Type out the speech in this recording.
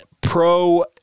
pro